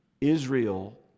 Israel